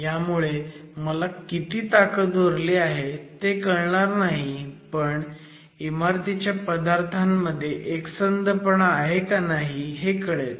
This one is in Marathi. ह्यामुळे मला किती ताकद उरली आहे ते कळणार नाही पण इमारतीच्या पदार्थांमध्ये एकसंधपणा आहे का नाही हे कळेल